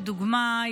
לדוגמה,